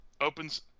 opens